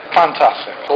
Fantastic